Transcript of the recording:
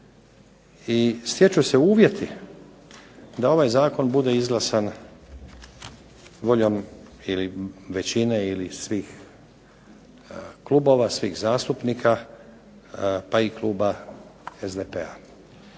i stječu se uvjeti da ovaj Zakon bude izglasan voljom ili većine ili svih klubova, zastupnika, pa i Kluba SDP-a.